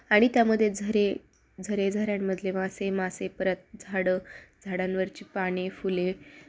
आणि त्यामध्ये झरे झरे झऱ्यांमधले मासे मासे परत झाडं झाडांवरचे पाने फुले